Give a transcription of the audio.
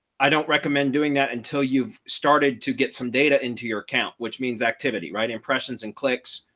i don't recommend doing that until you've started to get some data into your account, which means activity, right impressions and clicks,